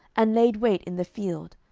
and laid wait in the field,